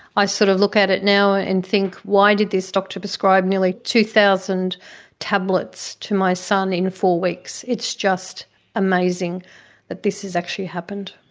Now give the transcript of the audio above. i sort of look at it now and think why did this doctor prescribe nearly two thousand tablets to my son in four weeks. it's just amazing that this has actually happened.